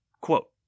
Quote